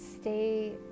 stay